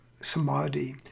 Samadhi